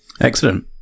Excellent